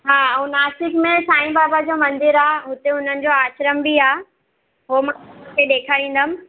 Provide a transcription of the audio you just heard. हा ऐं नासिक में साईं बाबा जो मंदरु आहे हुते हुननि जो आश्रम बि आहे उहो मां तव्हांखे ॾेखारींदमि